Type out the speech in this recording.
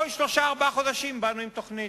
כל שלושה-ארבעה חודשים באנו עם תוכנית.